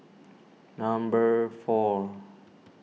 number four